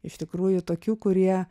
iš tikrųjų tokių kurie